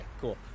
cool